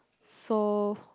so